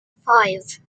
five